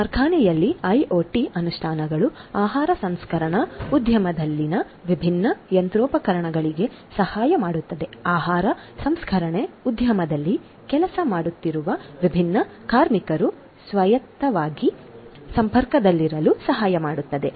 ಕಾರ್ಖಾನೆಯಲ್ಲಿ ಐಒಟಿ ಅನುಷ್ಠಾನಗಳು ಆಹಾರ ಸಂಸ್ಕರಣಾ ಉದ್ಯಮದಲ್ಲಿನ ವಿಭಿನ್ನ ಯಂತ್ರೋಪಕರಣಗಳಿಗೆ ಸಹಾಯ ಮಾಡುತ್ತದೆ ಆಹಾರ ಸಂಸ್ಕರಣಾ ಉದ್ಯಮದಲ್ಲಿ ಕೆಲಸ ಮಾಡುತ್ತಿರುವ ವಿಭಿನ್ನ ಕಾರ್ಮಿಕರು ಸ್ವಾಯತ್ತವಾಗಿ ಸಂಪರ್ಕದಲ್ಲಿರಲು ಸಹಾಯ ಮಾಡುತ್ತದೆ